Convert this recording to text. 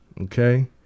okay